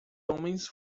homens